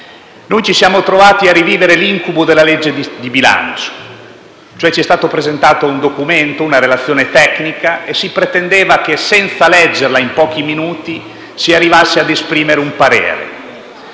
noi ci siamo trovati a rivivere l'incubo della legge di stabilità, cioè ci è stata presentata una relazione tecnica e si pretendeva che, senza leggere quel documento, in pochi minuti, si arrivasse ad esprimere un parere.